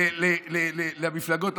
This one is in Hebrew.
למפלגות.